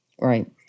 right